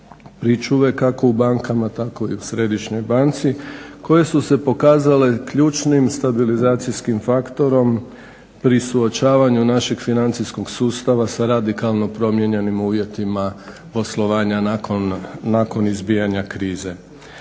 pričuve kako u bankama tako i u Središnjoj banci koje su se pokazale ključnim stabilizacijskim faktorom pri suočavanju našeg financijskog sustava sa radikalno promijenjenim uvjetima poslovanja nakon izbijanja krize.